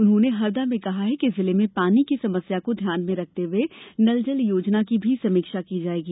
उन्होंने हरदा में कहा कि जिले में पानी की समस्या को ध्यान में रखते हुए नल जल योजना की भी समीक्षा की जायेगी